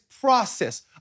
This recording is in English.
process